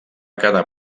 quedar